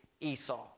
Esau